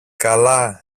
καλά